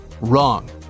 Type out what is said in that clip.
wrong